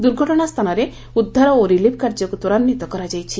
ଦୂର୍ଘଟଣା ସ୍ତାନରେ ଉଦ୍ଧାର ଓ ରିଲିଫ୍ କାର୍ଯ୍ୟକୁ ତ୍ୱରାନ୍ୱିତ କରାଯାଇଛି